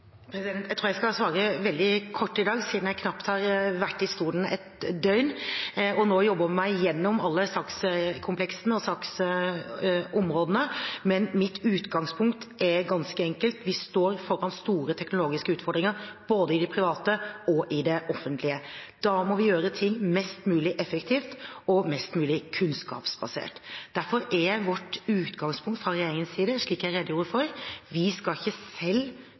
Jeg tror jeg skal svare veldig kort i dag, siden jeg knapt har vært i stolen et døgn og nå jobber meg gjennom alle sakskompleksene og saksområdene. Men mitt utgangspunkt er ganske enkelt: Vi står foran store teknologiske utfordringer, både i det private og i det offentlige. Da må vi gjøre ting mest mulig effektivt og mest mulig kunnskapsbasert. Derfor er vårt utgangspunkt fra regjeringens side – slik jeg redegjorde for – at vi ikke selv